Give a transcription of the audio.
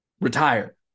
Retire